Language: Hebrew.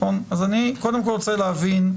אז אני, קודם כל רוצה להבין,